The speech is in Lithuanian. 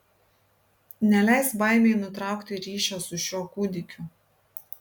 neleisk baimei nutraukti ryšio su šiuo kūdikiu